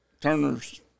Turner's